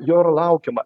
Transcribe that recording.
jo yra laukiama